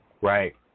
Right